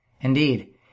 Indeed